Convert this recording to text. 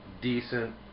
decent